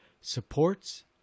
supports